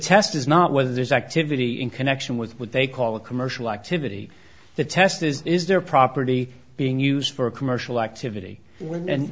est is not whether there's activity in connection with what they call a commercial activity the test is is their property being used for commercial activity